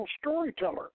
storyteller